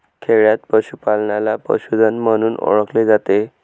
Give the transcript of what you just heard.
खेडयांत पशूपालनाला पशुधन म्हणून ओळखले जाते